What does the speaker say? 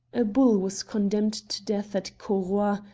a bull was condemned to death at cauroy,